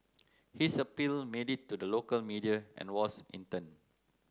his appeal made it to the local media and was in turn